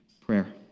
prayer